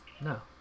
No